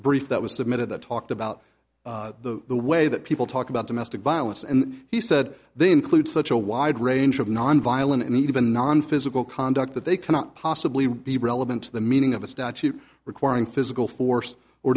brief that was submitted that talked about the way that people talk about domestic violence and he said they include such a wide range of nonviolent and even nonphysical conduct that they cannot possibly be relevant to the meaning of a statute requiring physical force or